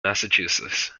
massachusetts